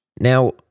Now